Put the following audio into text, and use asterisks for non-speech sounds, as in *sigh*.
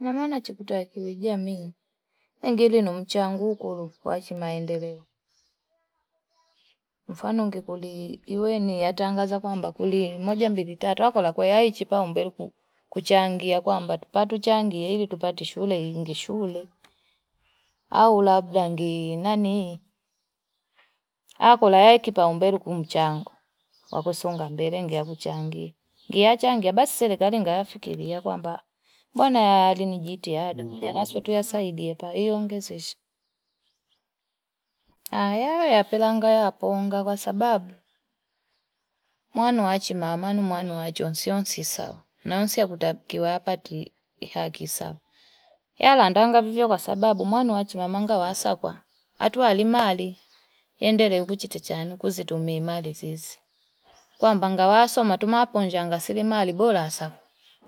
Namaona chikutakiyi jamii. Engilino mchangu kulu wajimae ndereo. *noise* Mfano nge kundi iwe ni atangaza kwa mba kulie. Mmoja mbili tatu wakola kwa yae chipa umberu kuchangia. Kwa mba tupatu changia, ili tupatu shule, ingi shule. Au labda ngi nani. Wakola yae kipa umberu kumchango. *noise* Wakosonga mbere, ngia kuchangia. Ngia changia, basi sile kari nga yae fikiria kwa mba. Mbwana yae alinijiti yaada. *noise* Kwa yae laso tuya saidi yae pa, ili unge shushu. Ayae apilanga yae aponga kwa sababu. Mwanu wachi mama na mwanu wachonzi yonzi sawa. Na yonzi ya kutabikiwa yapati haki sawa. Yae alandanga kwa sababu. Mwanu wachi mama nga wasawa. Atuwalimali. *noise* Ndere kuchitachani kuzitumimali zizi. Kwa mbanga wasoma, tumaponjanga silimali. Bola asaku.